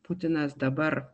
putinas dabar